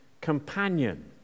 companion